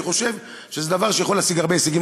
אני חושב שזה דבר שיכול להשיג הרבה הישגים,